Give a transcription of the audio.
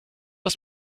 das